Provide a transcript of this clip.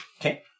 Okay